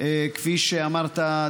כפי שאמרת,